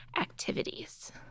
activities